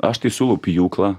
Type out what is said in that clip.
aš tai siūlau pjūklą